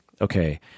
okay